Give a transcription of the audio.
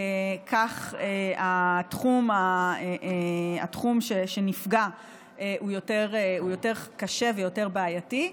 כך התחום שנפגע הוא יותר קשה ויותר בעייתי.